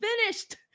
Finished